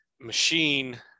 machine